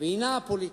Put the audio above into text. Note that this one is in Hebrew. הפוליטיקה.